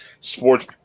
sports